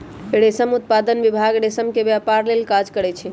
रेशम उत्पादन विभाग रेशम के व्यपार लेल काज करै छइ